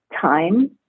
time